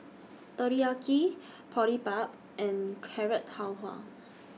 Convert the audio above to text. Teriyaki Boribap and Carrot Halwa